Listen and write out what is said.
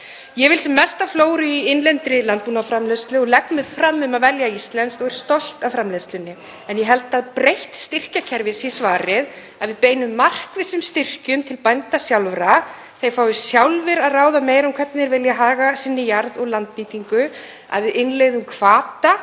Ég vil sem mesta flóru í innlendri landbúnaðarframleiðslu og legg mig fram um að velja íslenskt og er stolt af framleiðslunni en ég held að breytt styrkjakerfi sé svarið, að við beinum markvissum styrkjum til bænda sjálfra, þeir fái sjálfir að ráða meiru um hvernig þeir vilja haga sinni jarð- og landnýtingu, að við innleiðum hvata